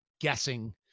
guessing